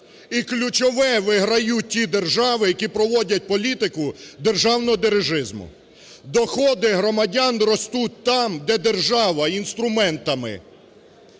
І, ключове, виграють ті держави, які проводять політику державного дирижизму. Доходи громадян ростуть там, де держава інструментами